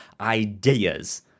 ideas